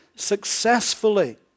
successfully